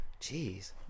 jeez